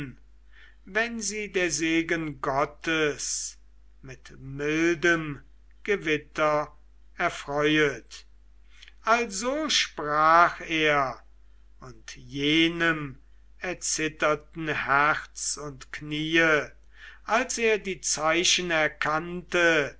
wenn sie der segen gottes mit mildem gewitter erfreuet also sprach er und jenem erzitterten herz und kniee als er die zeichen erkannte